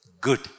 good